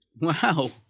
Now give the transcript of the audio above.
Wow